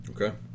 Okay